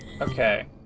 Okay